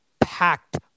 packed